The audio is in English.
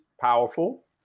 powerful